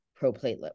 proplatelet